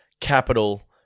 capital